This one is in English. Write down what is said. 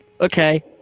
Okay